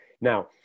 Now